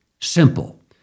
simple